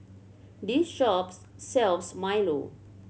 this shop sells milo